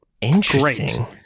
interesting